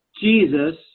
Jesus